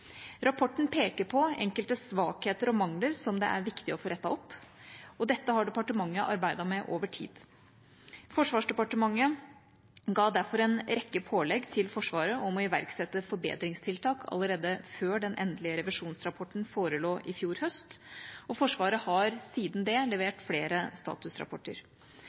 Rapporten peker på enkelte svakheter og mangler som det er viktig å få rettet opp, og dette har departementet arbeidet med over tid. Forsvarsdepartementet ga derfor en rekke pålegg til Forsvaret om å iverksette forbedringstiltak allerede før den endelige revisjonsrapporten forelå i fjor høst, og Forsvaret har siden det levert flere statusrapporter.